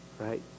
right